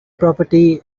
property